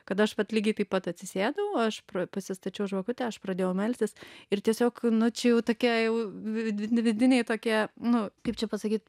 kad aš vat lygiai taip pat atsisėdau aš pasistačiau žvakutę aš pradėjau melstis ir tiesiog nu čia jau tokia jau vidin vidiniai tokie nu kaip čia pasakyt